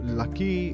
lucky